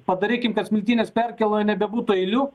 padarykim kad smiltynės perkėloj nebebūtų eilių